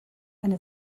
eine